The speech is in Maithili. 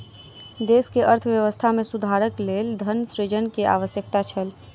देश के अर्थव्यवस्था में सुधारक लेल धन सृजन के आवश्यकता छल